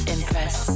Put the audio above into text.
Impress